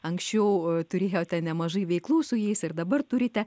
anksčiau turėjote nemažai veiklų su jais ir dabar turite